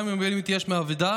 גם אם הבעלים התייאש מהאבדה.